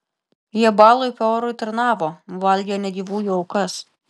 jie baalui peorui tarnavo valgė negyvųjų aukas